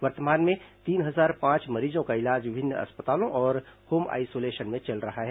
वर्तमान में तीन हजार पांच मरीजों का इलाज विभिन्न अस्पतालों और होम आइसोलेशन में चल रहा है